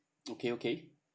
okay okay